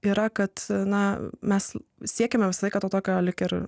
yra kad na mes siekiame visą laiką to tokio lyg ir